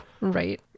right